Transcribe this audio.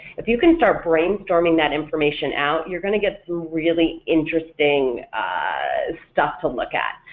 if you can start brainstorming that information out, you're going to get some really interesting stuff to look at.